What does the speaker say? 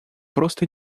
просто